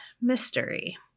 mystery